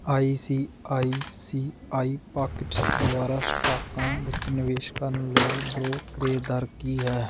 I C I C I pockets ਦੁਆਰਾ ਸਟਾਕਾਂ ਵਿੱਚ ਨਿਵੇਸ਼ ਕਰਨ ਲਈ ਬ੍ਰੋਕਰੇਜ ਦਰ ਕੀ ਹੈ